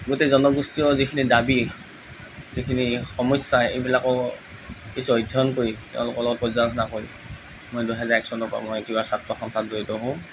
গোটেই জনগোষ্ঠীয় যিখিনি দাবী যিখিনি সমস্যা এইবিলাকৰ কিছু অধ্যয়ন কৰি তেওঁলোকৰ লগত পৰ্য্য়ালোচনা কৰি মই দুহেজাৰ এক চনৰ পৰা মই তিৱা ছাত্ৰ সন্থাত জড়িত হওঁ